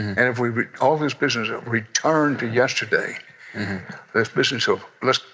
and if we all this business of returned to yesterday that's business of let's,